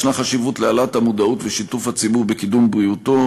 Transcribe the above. יש חשיבות להעלאת המודעות ולשיתוף הציבור בקידום בריאותו.